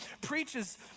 preaches